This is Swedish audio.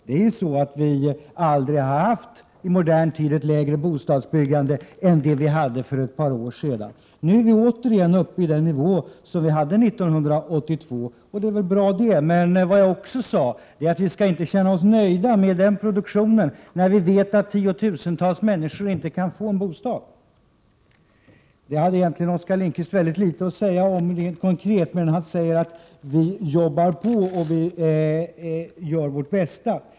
Vi har aldrig i modern tid haft ett lägre bostadsbyggande än vad vi hade för ett par år sedan. Nu är vi återigen uppe i den nivå vi hade 1982. Det är bra, men jag sade också att vi inte skall känna oss nöjda med denna produktion, när vi vet att tiotusentals människor inte kan få en bostad. Det hade Oskar Lindkvist inte mycket att säga om konkret, han sade bara att vi jobbar på och gör vårt bästa.